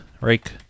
rake